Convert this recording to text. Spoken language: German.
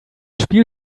spiel